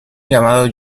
llamado